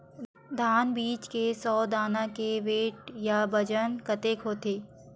धान बीज के सौ दाना के वेट या बजन कतके होथे?